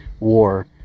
war